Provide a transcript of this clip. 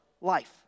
life